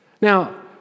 Now